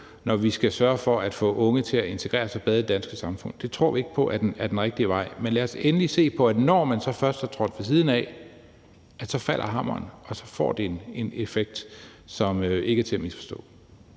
når vi skal sørge for at få unge til at integrere sig bedre i det danske samfund. Det tror vi ikke på er den rigtige vej. Men lad os endelig se på, at når man så først har trådt ved siden af, så falder hammeren, og så får det en konsekvens, som ikke er til at misforstå.